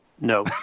No